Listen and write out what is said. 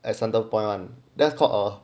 as under point one that's called ah